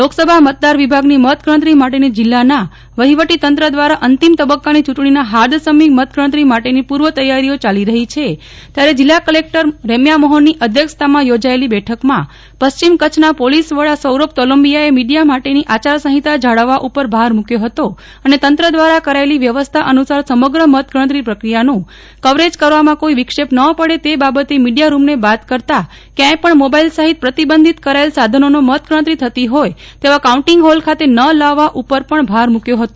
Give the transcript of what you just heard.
લોકસભા મતદાર વિભાગની મત ગણતરી માટેની જિલ્લાના વહીવટીતંત્ર દ્વારા અંતિમ તબક્કાની ચૂંટણીના હાર્દસમી મતગણતરી માટેની પૂર્વ તૈયારીઓ ચાલી રહી છે ત્યારે જિલ્લા કલેકટર રેમ્યા મોહનની અધ્યક્ષતામાં યોજાયેલી બેઠકમાં પશ્ચિમ કચ્છના પોલીસવડા સૌરભ તોલંબિયાએ પણ મીડિયા માટેની આચારસંહિતા જાળવવા ઉપર ભાર મૂકયો હતો અને તંત્ર દ્વારા કરાયેલી વ્યવસ્થા અનુસાર સમગ્ર મતગણતરી પ્રક્રિયાનું કવરેજ કરવામાં કોઇ વિક્ષેપ ન પડે તે બાબતે મીડિયારૂમને બાદ કરતાં કયાંય પણ મોબાઈલ સહિત પ્રતિબંધિત કરાયેલ સાધનોનો મતગણતરી થતી હોય તેવા કાઉન્ટીંગ હોલ ખાતે ન લાવવા ઉપર પણ ભાર મૂકયો હતો